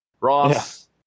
Ross